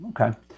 Okay